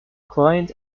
client